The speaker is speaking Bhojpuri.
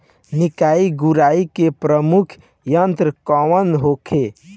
निकाई गुराई के प्रमुख यंत्र कौन होखे?